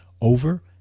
over